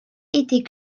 était